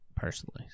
Personally